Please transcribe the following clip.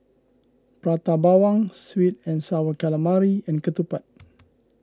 Prata Bawang Sweet and Sour Calamari and Ketupat